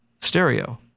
stereo